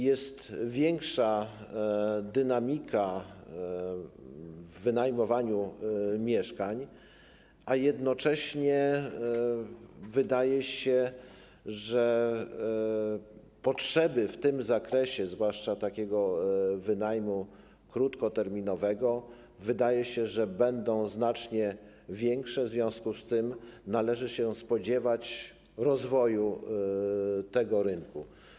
Jest większa dynamika w wynajmowaniu mieszkań, a jednocześnie wydaje się, że potrzeby w tym zakresie, zwłaszcza co do wynajmu krótkoterminowego, będą znacznie większe, w związku z tym należy się spodziewać rozwoju tego rynku.